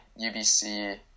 UBC